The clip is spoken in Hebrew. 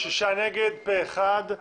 הצבעה בעד, פה אחד חילופי האישים אושרו.